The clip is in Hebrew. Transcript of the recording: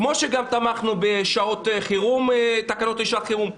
כמו שתמכנו בתקנות לשעת חירום.